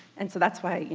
and so that's why, you